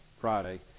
Friday